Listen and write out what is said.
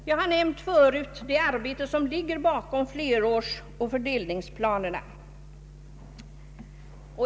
Jag har förut nämnt det arbete som ligger bakom flerårsoch fördelningsplanerna.